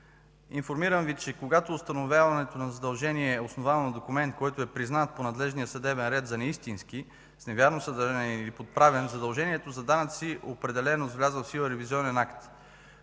Информирам Ви, че когато установяването на задължение е основано на документ, който е признат по надлежния съдебен ред за неистински, с невярно съдържание или подправен, задължението за данъци, определено с влязъл в сила ревизионен акт,